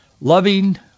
Loving